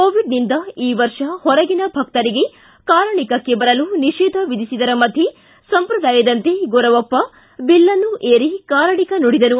ಕೋವಿಡ್ನಿಂದ ಈ ವರ್ಷ ಹೊರಗಿನ ಭಕ್ತರಿಗೆ ಕಾರಣಿಕಕ್ಕೆ ಬರಲು ನಿಷೇಧ ವಿಧಿಸಿದರ ಮಧ್ಯೆ ಸಂಪ್ರದಾಯದಂತೆ ಗೊರವಪ್ಪ ಬಿಲ್ಲನ್ನು ಏರಿ ಕಾರಣಿಕ ನುಡಿದನು